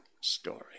story